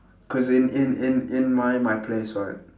cause in in in in my my place right